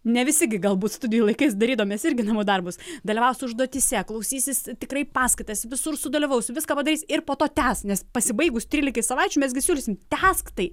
ne visi gi galbūt studijų laikais darydavom mes irgi namų darbus dalyvaus užduotyse klausysis tikrai paskaitas visur sudalyvaus viską padarys ir po to tęs nes pasibaigus trylikai savaičių mes gi siūlysim tęsk tai